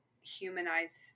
humanize